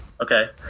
okay